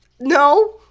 No